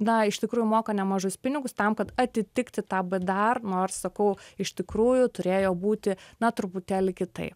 tai iš tikrųjų moka nemažus pinigus tam kad atitikti tą dar nors sakau iš tikrųjų turėjo būti na truputėlį kitaip